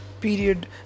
period